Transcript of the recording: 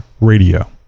radio